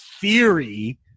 theory